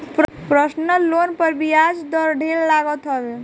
personal loan पर बियाज दर ढेर लागत हवे